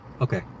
Okay